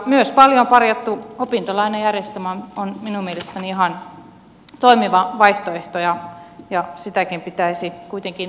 myös paljon parjattu opintolainajärjestelmä on minun mielestäni ihan toimiva vaihtoehto ja sitäkin pitäisi kuitenkin edelleen kehittää